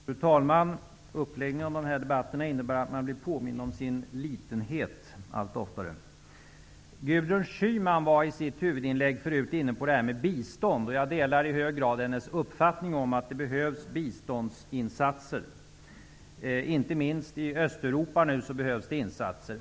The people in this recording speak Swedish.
Fru talman! Uppläggningen av de här debatterna innebär att man blir påmind om sin litenhet allt oftare. Gudrun Schyman var i sitt huvudinlägg förut inne på det här med bistånd. Jag delar i hög grad hennes uppfattning om att det behövs biståndsinsatser. Inte minst i Östeuropa behövs det nu insatser.